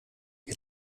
wir